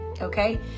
Okay